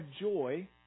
joy